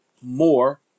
more